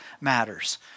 matters